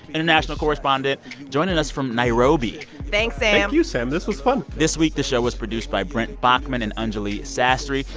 international correspondent joining us from nairobi thanks, sam thank you, sam. this was fun this week, the show was produced by brent baughman and anjuli sastry.